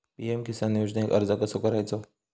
PM Kisan योजनेक अर्ज कसो करायचो?